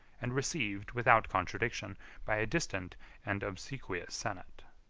and received without contradiction by a distant and obsequious senate.